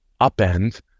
upend